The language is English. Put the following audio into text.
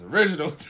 Original